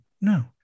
no